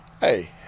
hey